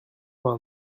vingt